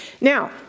Now